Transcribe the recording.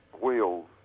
wheels